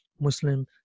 Muslim